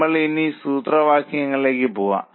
നമ്മൾ ഇനി സൂത്രവാക്യങ്ങളിലേക്ക് പോകും